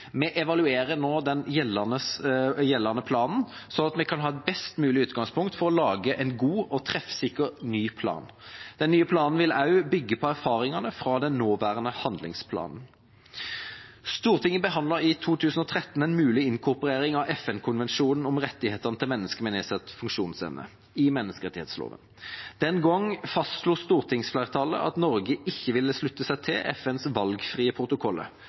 Vi evaluerer nå den gjeldende planen, sånn at vi kan ha best mulig utgangspunkt for å lage en god og treffsikker ny plan. Den nye planen vil også bygge på erfaringene fra den nåværende handlingsplanen. Stortinget behandlet i 2013 en mulig inkorporering av FN-konvensjonen om rettighetene til mennesker med nedsatt funksjonsevne i menneskerettsloven. Den gang fastslo stortingsflertallet at Norge ikke ville slutte seg til FNs valgfrie protokoller.